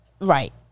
Right